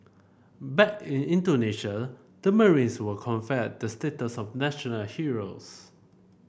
back in Indonesia the marines were conferred the status of national heroes